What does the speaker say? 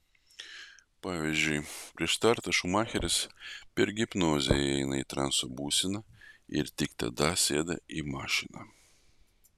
pavyzdžiui prieš startą šumacheris per hipnozę įeina į transo būseną ir tik tada sėda į mašiną